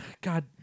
God